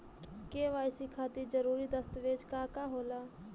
KYC खातिर जरूरी दस्तावेज का का होला?